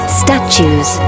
statues